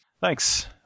Thanks